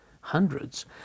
Hundreds